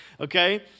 Okay